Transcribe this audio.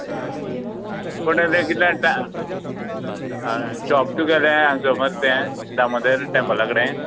पण कितल्या हय शॉप तूंजें हांगा मरे ते दामोदर टँपला कडेन